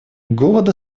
голод